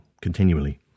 continually